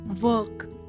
work